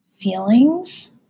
feelings